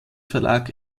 verlag